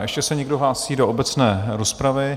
Ještě se někdo hlásí do obecné rozpravy?